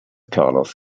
carlos